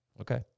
Okay